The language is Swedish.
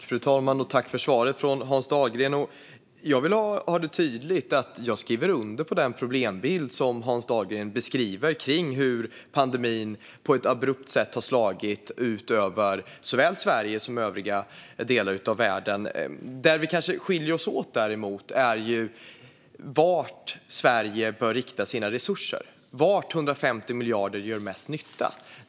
Fru talman! Tack för svaret från Hans Dahlgren! Jag vill vara tydlig med att jag skriver under på den problembild som Hans Dahlgren beskriver kring hur pandemin på ett abrupt sätt har slagit mot såväl Sverige som övriga delar av världen. Var vi däremot skiljer oss åt är när det gäller vart Sverige bör rikta sina resurser och var 150 miljarder gör mest nytta.